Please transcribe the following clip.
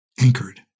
anchored